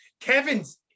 Kevin's